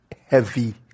heavy